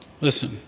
Listen